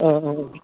औ औ औ